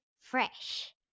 fresh